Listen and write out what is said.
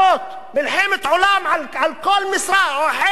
מלחמת עולם על כל משרה או חלק משרה.